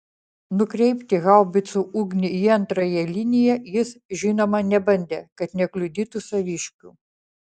nukreipti haubicų ugnį į antrąją liniją jis žinoma nebandė kad nekliudytų saviškių